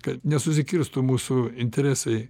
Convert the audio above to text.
kad nesusikirstų mūsų interesai